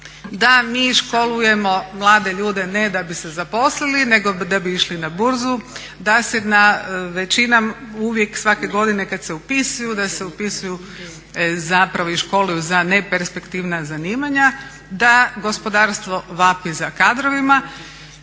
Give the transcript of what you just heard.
da mi školujemo mlade ljude ne da bi se zaposlili, nego da bi išli na burzu, da se većinom uvijek svake godine kad se upisuju da se upisuju zapravo i školuju za neperspektivna zanimanja, da gospodarstvo vapi za kadrovima